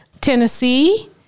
Tennessee